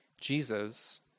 Jesus